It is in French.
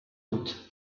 doute